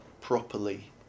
properly